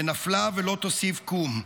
ונפלה ולא תֹסיף קום".